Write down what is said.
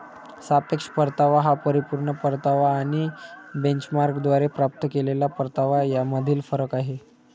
सापेक्ष परतावा हा परिपूर्ण परतावा आणि बेंचमार्कद्वारे प्राप्त केलेला परतावा यामधील फरक आहे